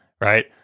right